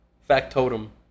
Factotum